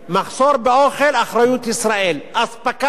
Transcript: מחסור באוכל, אחריות ישראל, אספקה,